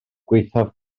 gwaethaf